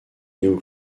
néo